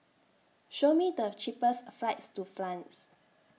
Show Me The cheapest flights to France